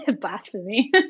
blasphemy